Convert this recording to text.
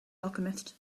alchemist